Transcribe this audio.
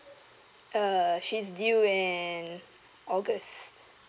uh she's due in august